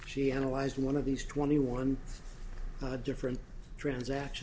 she analyzed one of these twenty one different transaction